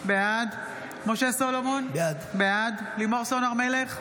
בעד משה סולומון, בעד לימור סון הר מלך,